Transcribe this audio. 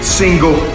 single